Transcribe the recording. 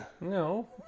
No